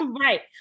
Right